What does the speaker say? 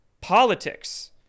politics